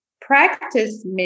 practice